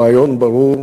הרעיון ברור,